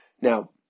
Now